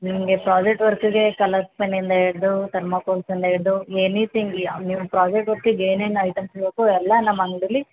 ನಿಮಗೆ ಪ್ರಾಜೆಕ್ಟ್ ವರ್ಕ್ಗೆ ಕಲರ್ಸ್ ಪೆನ್ನಿಂದ ಹಿಡಿದು ತರ್ಮಕೋಲ್ಸಿಂದ ಹಿಡಿದು ಎನಿತಿಂಗ್ ಯಾವ ನೀವು ಪ್ರಾಜೆಕ್ಟ್ ವರ್ಕ್ಗೆ ಏನೇನು ಐಟಮ್ಸ್ ಬೇಕೊ ಎಲ್ಲ ನಮ್ಮ ಅಂಗ್ಡೀಲಿ